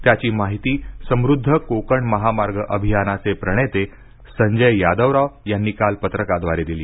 त्याची माहिती समृद्ध कोकण महामार्ग अभियानाचे प्रणेते संजय यादवराव यांनी काल पत्रकाद्वारे दिली